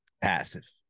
passive